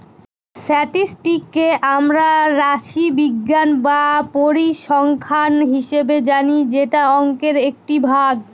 স্ট্যাটিসটিককে আমরা রাশিবিজ্ঞান বা পরিসংখ্যান হিসাবে জানি যেটা অংকের একটি ভাগ